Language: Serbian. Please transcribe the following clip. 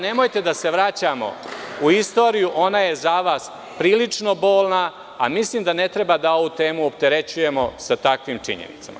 Nemojte da se vraćamo u istoriju, ona je za vas prilično bolna, a mislim da ne treba da ovu temu opterećujemo sa takvim činjenicama.